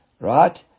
Right